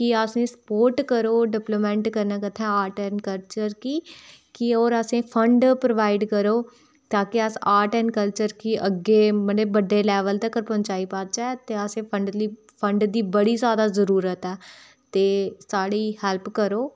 किअसें गी स्पोट करो डिबलबमेंट करने कत्था आर्ट एडं कल्चर गी कि और असें गी फंड प्रोबाइड करो ताकि अस आर्ट एंड कलचर गी अग्गै मतलब की बड्डे लेबल तकर पजाई पाह्चै ते असेंगी फंड दी बड़ी ज्यादा जरुरत ऐ ते साढी हैल्प करो